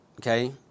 Okay